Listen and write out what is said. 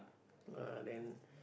uh then